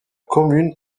commune